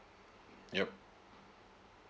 yup